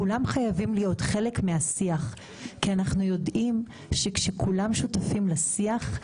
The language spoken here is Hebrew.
כולם חייבים להיות חלק מהשיח כי אנחנו יודעים שכשכולם שותפים לשיח,